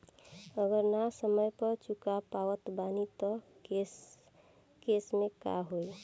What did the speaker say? अगर ना समय पर चुका पावत बानी तब के केसमे का होई?